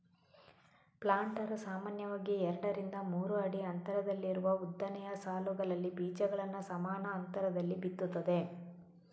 planter ಸಾಮಾನ್ಯವಾಗಿ ಎರಡರಿಂದ ಮೂರು ಅಡಿ ಅಂತರದಲ್ಲಿರುವ ಉದ್ದನೆಯ ಸಾಲುಗಳಲ್ಲಿ ಬೀಜಗಳನ್ನ ಸಮಾನ ಅಂತರದಲ್ಲಿ ಬಿತ್ತುತ್ತದೆ